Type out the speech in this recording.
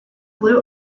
flew